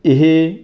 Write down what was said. ਇਹ